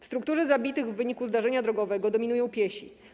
W strukturze zabitych w wyniku zdarzenia drogowego dominują piesi.